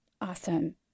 awesome